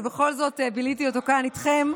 ובכל זאת ביליתי אותו כאן איתכם.